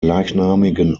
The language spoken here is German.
gleichnamigen